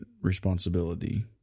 responsibility